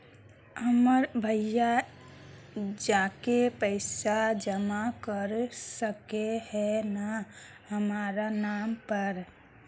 हमर भैया जाके पैसा जमा कर सके है न हमर नाम पर?